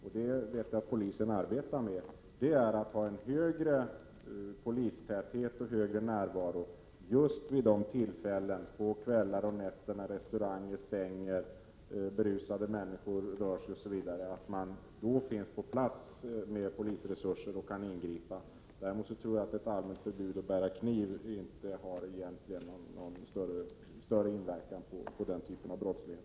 Jag tror att man måste ha en högre polistäthet och högre närvaro just vid de tillfällen på kvällar och nätter när restauranger stänger och berusade människor är ute och rör sig. Det är viktigt att polisen då finns på plats med resurser och kan ingripa, och det vet jag att polisen arbetar med. Ett allmänt förbud mot att bära kniv tror jag inte har någon större inverkan på den typen av brottslighet.